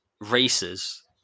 races